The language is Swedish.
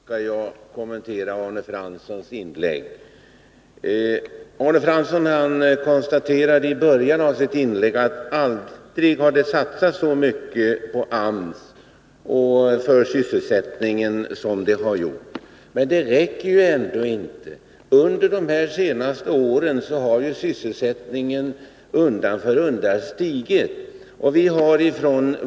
Herr talman! Jag vill kommentera Arne Franssons inlägg på två punkter. Arne Fransson konstaterade inledningsvis att det aldrig har satsats så mycket på AMS och sysselsättningen som nu. Men det räcker ändå inte. Under de senaste åren har ju arbetslösheten ökat undan för undan.